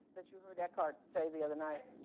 that you heard eckhart say the other night?